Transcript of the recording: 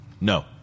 no